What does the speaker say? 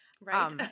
Right